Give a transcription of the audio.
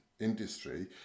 industry